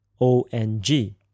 O-N-G